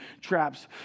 traps